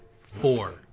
Four